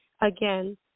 again